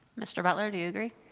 mr. butler, do you agree?